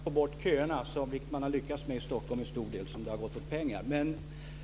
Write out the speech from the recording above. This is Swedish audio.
Fru talman! Det är för att man har försökt få bort köerna, vilket man till stor del har lyckats med i Stockholm, som det har gått åt pengar.